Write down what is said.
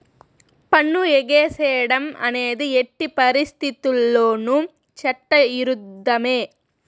పన్ను ఎగేసేడం అనేది ఎట్టి పరిత్తితుల్లోనూ చట్ట ఇరుద్ధమే